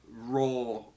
raw